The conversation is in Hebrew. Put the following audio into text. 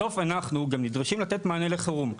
בסוף אנחנו גם נדרשים לתת מענה לחירום.